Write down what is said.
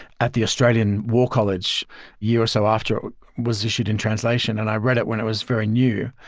at the australian war college year or so after it was issued in translation and i read it when it was very new.